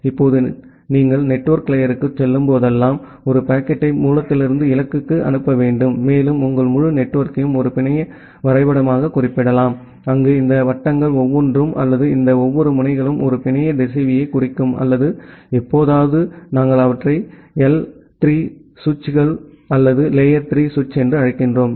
இப்போது நீங்கள் நெட்வொர்க் லேயருக்குச் செல்லும்போதெல்லாம் ஒரு பாக்கெட்டை மூலத்திலிருந்து இலக்குக்கு அனுப்ப வேண்டும் மேலும் உங்கள் முழு நெட்வொர்க்கையும் ஒரு பிணைய வரைபடமாகக் குறிப்பிடலாம் அங்கு இந்த வட்டங்கள் ஒவ்வொன்றும் அல்லது இந்த ஒவ்வொரு முனைகளும் ஒரு பிணைய திசைவியைக் குறிக்கும் அல்லது எப்போதாவது நாங்கள் அவற்றை எல் 3 சுவிட்சுகள் அல்லது லேயர் 3 சுவிட்ச் என்று அழைக்கிறோம்